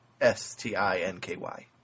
S-T-I-N-K-Y